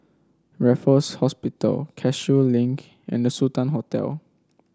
Raffles Hospital Cashew Link and The Sultan Hotel